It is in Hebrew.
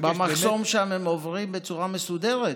במחסום שם הם עוברים בצורה מסודרת?